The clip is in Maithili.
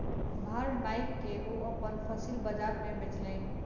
भार नाइप के ओ अपन फसिल बजार में बेचलैन